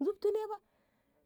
zubti ne fa